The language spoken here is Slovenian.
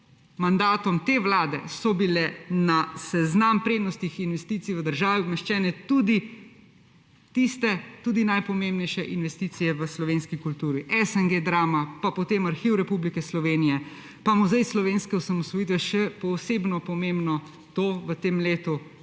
mandatom te vlade so bile na seznam prednostnih investicij v državi umeščene tudi najpomembnejše investicije v slovenski kulturi; SNG Drama, potem Arhiv Republike Slovenije pa Muzej slovenske osamosvojitve, še posebno pomembno v tem letu,